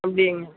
அப்படிங்